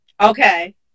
Okay